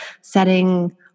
setting